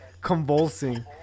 convulsing